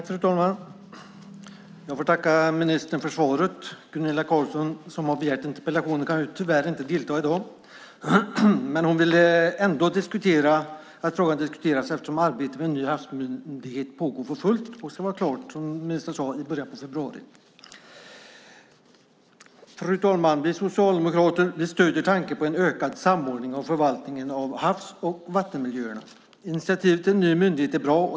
Fru talman! Jag får tacka ministern för svaret. Gunilla Carlsson som har ställt interpellationen kan tyvärr inte delta i dag. Men hon ville ändå att frågan skulle diskuteras, eftersom arbetet med en ny havsmyndighet pågår för fullt och ska vara klart, som ministern sade, i början av februari. Fru talman! Vi socialdemokrater stöder tanken på en ökad samordning i förvaltningen av havs och vattenmiljöerna. Initiativet till en ny myndighet är bra.